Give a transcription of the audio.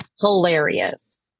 hilarious